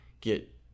get